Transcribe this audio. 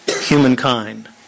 humankind